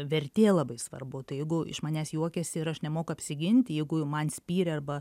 vertė labai svarbu tai jeigu iš manęs juokiasi ir aš nemoku apsiginti jeigu man spyrė arba